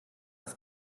ist